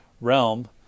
Realm